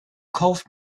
kauft